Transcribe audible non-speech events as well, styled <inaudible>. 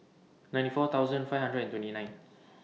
ninety four thousand five hundred and twenty nine <noise>